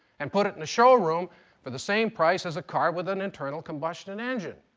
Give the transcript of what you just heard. and put it in a show room for the same price as a car with an internal combustion engine.